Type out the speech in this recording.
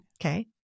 Okay